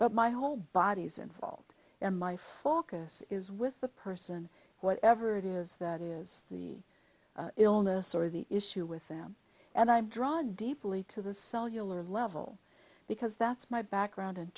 but my whole body is involved and my focus is with the person whatever it is that is the illness or the issue with them and i'm drawn deeply to the cellular level because that's my background and